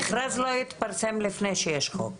המכרז לא יתפרסם לפני שיש חוק.